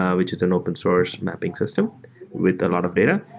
ah which is an open source mapping system with a lot of data.